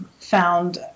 found